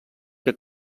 que